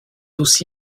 aussi